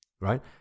right